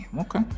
Okay